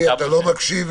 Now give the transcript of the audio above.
גורמי המקצוע,